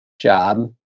job